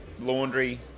laundry